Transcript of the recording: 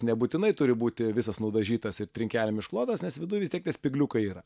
nebūtinai turi būti visas nudažytas ir trinkelėm išklotas nes viduj vis tiek tie spygliukai yra